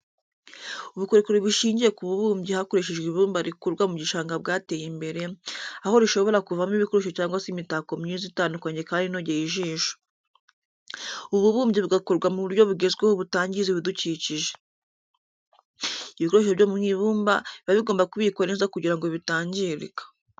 Ubukorikori bushingiye ku bubumbyi hakoreshejwe ibumba rikurwa mu gishanga bwateye imbere, aho rishobora kuvamo ibikoresho cyangwa se imitako myiza itandukanye kandi inogeye ijisho. Ubu bubumbyi bugakorwa mu buryo bugezweho butangiza ibidukikije. Ibikoresho byo mu ibumba biba bigomba kubikwa neza kugira ngo bitangirika.